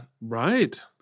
right